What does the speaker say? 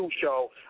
show